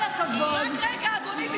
והרב בוסו, בזכות היושב-ראש, רק רגע, אדוני.